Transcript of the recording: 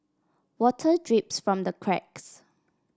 water drips from the cracks